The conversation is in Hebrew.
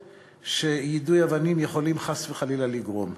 שיידוי אבנים יכול חס וחלילה לגרום.